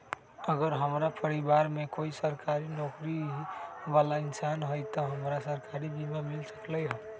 अगर हमरा परिवार में कोई सरकारी नौकरी बाला इंसान हई त हमरा सरकारी बीमा मिल सकलई ह?